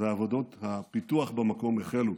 ועבודות הפיתוח במקום החלו.